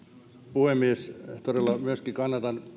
puhemies todella myöskin kannatan